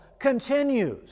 continues